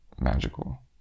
Magical